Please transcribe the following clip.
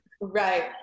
Right